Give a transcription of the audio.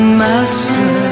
master